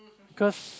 cause